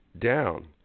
down